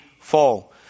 fall